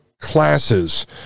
classes